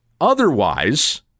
Otherwise